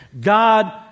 God